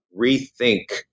rethink